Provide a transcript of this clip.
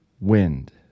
wind